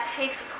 takes